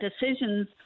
decisions